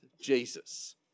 Jesus